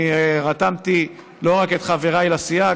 אני רתמתי לא רק את חבריי לסיעה.